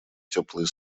теплые